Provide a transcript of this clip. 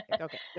Okay